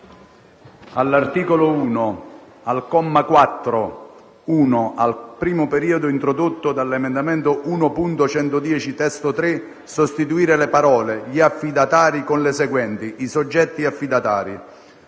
«All'articolo 1: a) al comma 4: 1) al primo periodo, introdotto dall'emendamento 1.110 (testo3), sostituire le parole: «gli affidatari» con le seguenti: «i soggetti affidatari»;